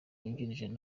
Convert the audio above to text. wungirije